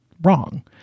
wrong